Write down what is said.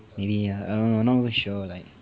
maybe ya err I'm not even sure like